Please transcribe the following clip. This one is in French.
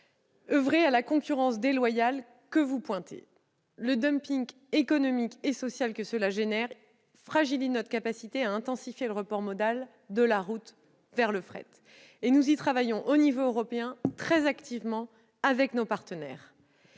contre la concurrence déloyale que vous pointez du doigt. Le dumping économique et social que cela entraîne fragilise notre capacité à intensifier le report modal de la route vers le fret. Nous y travaillons à l'échelon européen très activement avec nos partenaires.